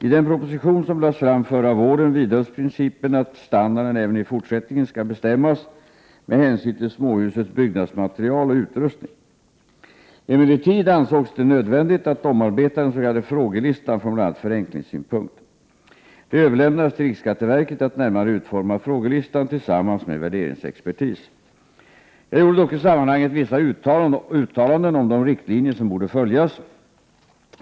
I den proposition som lades fram förra våren vidhölls principen att standarden även i fortsättningen skall bestämmas med hänsyn till småhusets byggnadsmaterial och utrustning. Emellertid ansågs det nödvändigt att omarbeta den s.k. frågelistan från bl.a. förenklingssynpunkt. Det överlämnades till riksskatteverket att närmare utforma frågelistan tillsammans med värderingsexpertis. Jag gjorde dock i sammanhanget vissa uttalanden om de riktlinjer som borde följas.